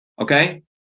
okay